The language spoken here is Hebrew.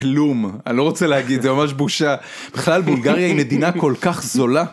כלום, אני לא רוצה להגיד, זה ממש בושה, בכלל בולגריה היא מדינה כל כך זולה.